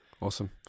Awesome